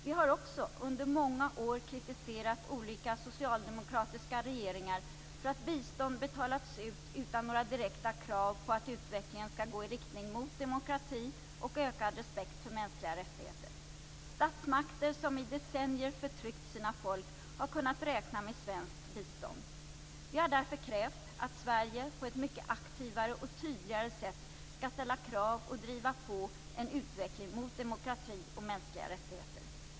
Vi har också under många år kritiserat olika socialdemokratiska regeringar för att bistånd betalats ut utan några direkta krav på att utvecklingen skall gå i riktning mot demokrati och ökad respekt för mänskliga rättigheter. Statsmakter som i decennier har förtryckt sina folk har kunnat räkna med svenskt bistånd. Vi har därför krävt att Sverige på ett mycket aktivare och tydligare sätt skall ställa krav och driva på en utveckling mot demokrati och mänskliga rättigheter.